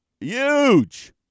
huge